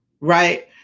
Right